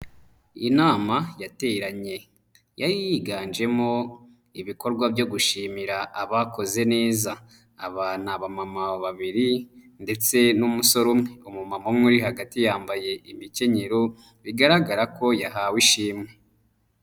Iyi nama yateranye. Yari yiganjemo, ibikorwa byo gushimira abakoze neza. Aba ni mama babiri ndetse n'umusore umwe. Umumama umwe uri hagati yambaye imikenyero, bigaragara ko yahawe ishimwe.